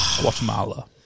Guatemala